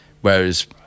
whereas